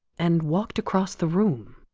and walked across the room.